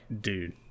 dude